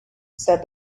said